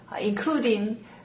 including